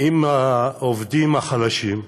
עם העובדים החלשים,